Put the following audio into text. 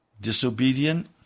Disobedient